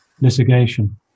litigation